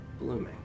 blooming